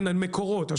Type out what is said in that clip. מקורות,